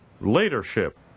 Leadership